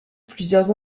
plusieurs